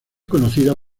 conocida